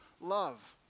love